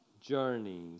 journey